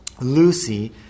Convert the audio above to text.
Lucy